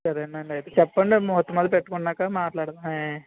సరేనండి అయితే చెప్పండి ముహూర్తం అదీ పెట్టుకున్నాకా మాట్లాడదాము